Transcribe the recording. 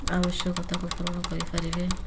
ଆବଶ୍ୟକତାକୁ ପୂରଣ କରିପାରିବେ